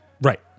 Right